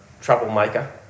Troublemaker